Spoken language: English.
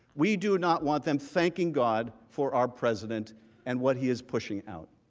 we do not want them thinking god for our president and what he is pushing out.